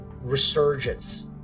resurgence